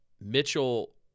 Mitchell